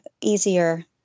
easier